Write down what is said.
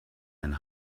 ein